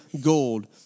gold